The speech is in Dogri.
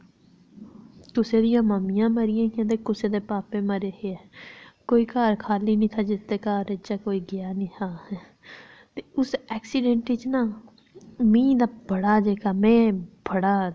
कुसै दियां मम्मियां मरियां हियां ते कुसै दे भापे मरे हे ते कोई घर खाल्ली निहां जित्त घरा कोई गेआ निहां ते उस एक्सीडैंट च ना मी ना बड़ा जेह्का में बड़ा